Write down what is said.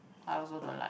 I also don't like